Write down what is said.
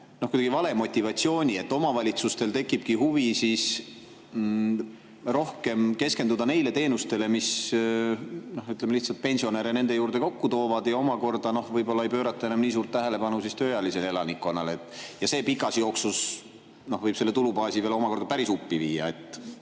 kuidagi vale motivatsiooni? Omavalitsustel tekibki huvi rohkem keskenduda neile teenustele, mis, ütleme, lihtsalt pensionäre nende juurde kokku toovad, ja võib-olla ei pöörata enam nii suurt tähelepanu tööealisele elanikkonnale? Ja pikas jooksus võib see tulubaasi veel päris uppi viia.